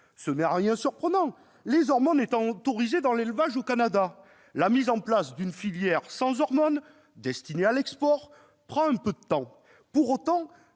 ce n'est en rien surprenant, les hormones étant autorisées dans l'élevage au Canada ; la mise en place d'une filière sans hormones, destinée à l'export, prend du temps. Pour autant,